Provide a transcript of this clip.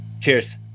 Cheers